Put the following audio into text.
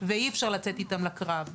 ואי אפשר לצאת איתם לקרב.